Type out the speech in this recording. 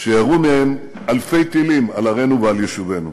שירו מהם אלפי טילים על ערינו ועל יישובינו.